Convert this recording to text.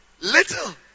Little